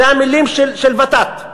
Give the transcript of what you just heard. ואלה המילים של ות"ת,